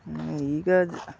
ಈಗ ಅದು